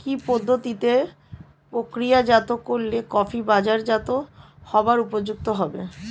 কি পদ্ধতিতে প্রক্রিয়াজাত করলে কফি বাজারজাত হবার উপযুক্ত হবে?